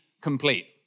complete